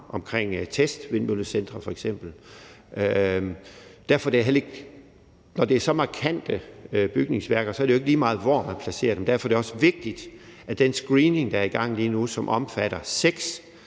omkring f.eks. testvindmøllecentre. Når det er så markante bygningsværker, er det jo ikke lige meget, hvor man placerer dem. Derfor er det også vigtigt, at den screening, der er i gang lige nu, som omfatter seks